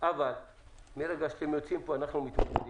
אבל מרגע שאתם יוצאים מפה, אנחנו מתמודדים.